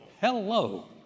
Hello